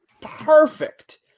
perfect